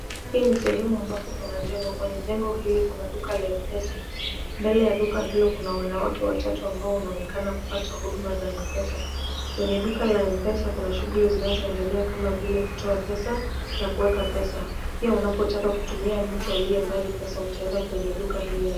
Hii ni sehemu ambapo kuna jengo. Kwenye jengo hilo kuna duka la Mpesa. Kwenye duka hili kuna wanawake wawili ambao wanataka huduma za Mpesa. Kwenye duka la Mpesa kuna shughuli zinazoendelea kama vile kutoa pesa na kuweka pesa. Pia kama unapotaka kutumia mtu aliyembali pesa utaenda kwenye duka hili.